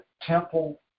Temple